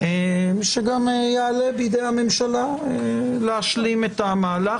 שגם יעלה בידי הממשלה להשלים את המהלך.